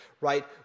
Right